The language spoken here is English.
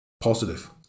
positive